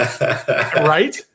Right